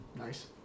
Nice